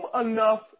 enough